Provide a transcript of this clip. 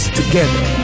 together